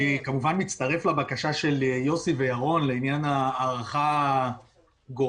אני מצטרף לבקשה של יוסי וירון לעניין ההארכה הגורפת.